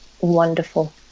wonderful